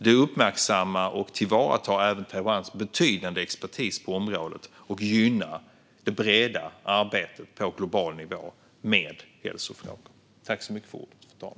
Det uppmärksammar och tillvaratar även Taiwans betydande expertis på området och gynnar det breda arbetet med hälsofrågor på global nivå.